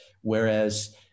Whereas